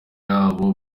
yaho